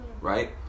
right